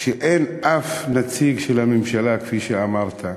שאין בו אף נציג של הממשלה, כפי שאמרת,